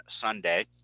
Sunday